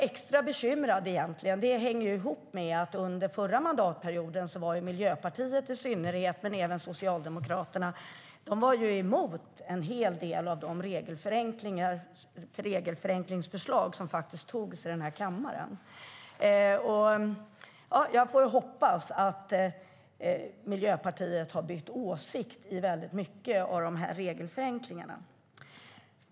Extra bekymrad blir jag eftersom Miljöpartiet i synnerhet men även Socialdemokraterna under förra mandatperioden var emot en hel del av de regelförenklingsförslag som kammaren tog beslut om. Jag får hoppas att Miljöpartiet har bytt åsikt när det gäller dessa regelförenklingar.